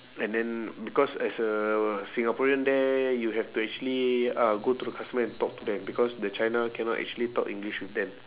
and then because as a singaporean there you have to actually uh go to the customer and talk to them because the china cannot actually talk english with them